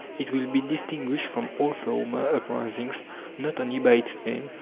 it will be distinguished from all former uprisings not only by its aim,